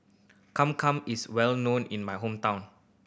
is well known in my hometown